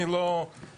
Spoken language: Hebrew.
אני לא שלם,